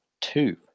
two